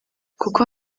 kuko